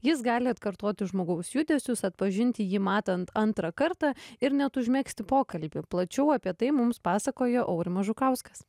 jis gali atkartoti žmogaus judesius atpažinti jį matant antrą kartą ir net užmegzti pokalbį plačiau apie tai mums pasakojo aurimas žukauskas